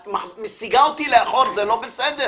את מסיגה אותי לאחור, זה לא בסדר.